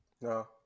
no